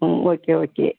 ம் okay okay